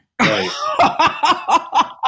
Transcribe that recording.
Right